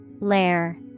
Lair